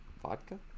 Vodka